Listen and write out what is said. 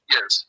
Yes